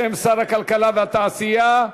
בשם שר הכלכלה והתעשייה.